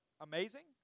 amazing